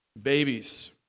Babies